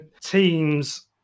teams